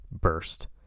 burst